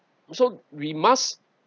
so we must